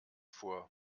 vor